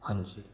ਹਾਂਜੀ